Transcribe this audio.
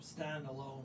standalone